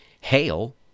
hail